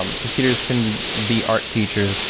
um computers can be art teachers,